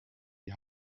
die